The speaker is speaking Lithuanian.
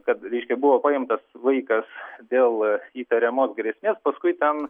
kad reiškia buvo paimtas vaikas dėl įtariamos grėsmė paskui ten